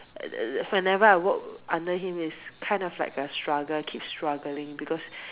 whenever I work under him is kind of like a struggle keep struggling because